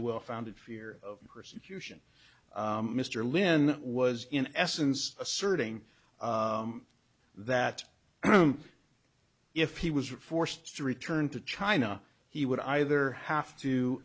a well founded fear of persecution mr lynn was in essence asserting that if he was forced to return to china he would either have to